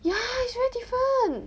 ya it's very different